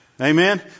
Amen